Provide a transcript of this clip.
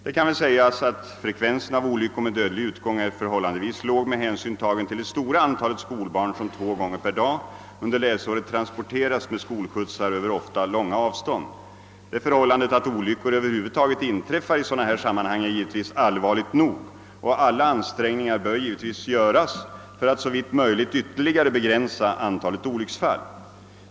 Det kan väl sägas att frekvensen av olyckor med dödlig utgång är förhållandevis låg med hänsyn tagen till det stora antalet skolbarn som två gånger per dag under läsåret transporteras med skolskjutsar över ofta långa avstånd. Det förhållandet att olyckor över huvud taget inträffar i sådana sammanhang är givetvis allvarligt nog, och alla ansträngningar bör givetvis göras för att såvitt möjligt ytterligare begränsa antalet olycksfall.